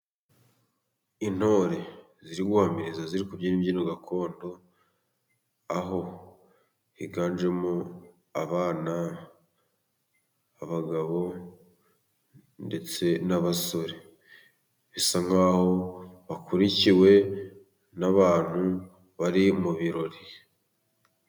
Intore ziri guhamiriza ziri kubyina imbyino gakondo aho higanjemo:abana ,abagabo ndetse n'abasore, bisa nk'aho bakurikiwe n'abantu bari mu birori.